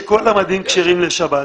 שכל המדים כשרים לשבת,